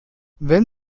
wenn